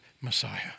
Messiah